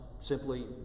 simply